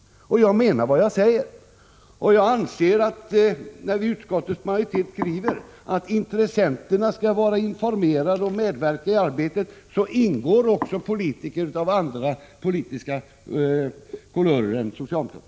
Jag menar också vad jag säger. Utskottets majoritet skriver att intressenterna skall vara informerade och medverka i arbetet, och jag anser att i detta arbete skall ingå också politiker av andra politiska kulörer än socialdemokrater.